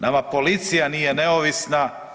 Nama policija nije neovisna.